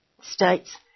states